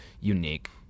unique